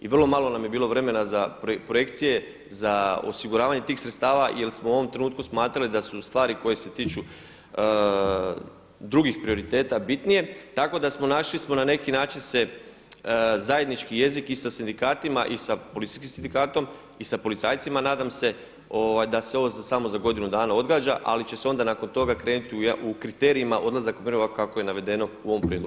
I vrlo malo nam je bilo vremena za projekcije, za osiguravanje tih sredstava jer smo u ovom trenutku smatrali da su stvari koje se tiču drugih prioriteta bitnije tako da smo našli, na neki način se zajednički jezik i sa sindikatima i sa policijskim sindikatom i sa policajcima nadam se da se ovo samo za godinu dana odgađa ali će se onda nakon toga krenuti u kriterijima odlazaka u mirovinu kako je navedeno u ovom prijedlogu.